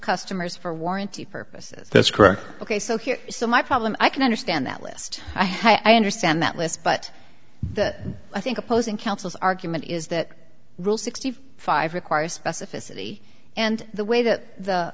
customers for warranty purposes that's correct ok so here so my problem i can understand that list i have i understand that list but i think opposing counsel's argument is that rule sixty five requires specificity and the way that the